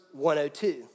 102